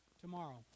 tomorrow